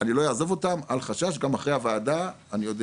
אני לא אעזוב אותם אל חשש גם אחרי הוועדה אני יודע